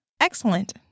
Excellent